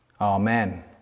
amen